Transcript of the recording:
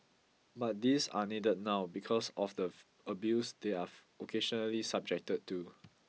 but these are needed now because of the abuse they are occasionally subject to